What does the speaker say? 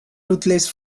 ruthless